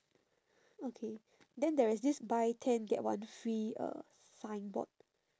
okay then there is this buy ten get one free uh signboard